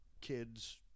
kid's